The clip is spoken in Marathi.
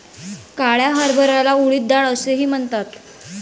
काळ्या हरभऱ्याला उडीद डाळ असेही म्हणतात